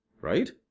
Right